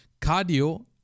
Cardio